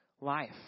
life